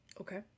Okay